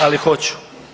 Ali hoću.